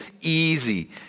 easy